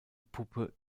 puppe